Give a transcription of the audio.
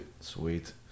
sweet